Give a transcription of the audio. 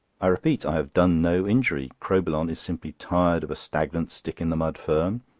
i repeat, i have done no injury. crowbillon is simply tired of a stagnant stick-in-the-mud firm,